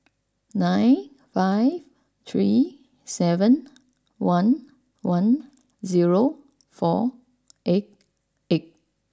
nine five three seven one one zero four eight eight